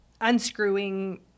unscrewing